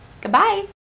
Goodbye